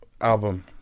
album